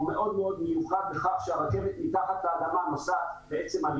הוא מאוד מאוד מיוחד בכך שהרכבת מתחת לאדמה נוסעת "על